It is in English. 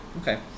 Okay